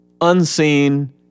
Unseen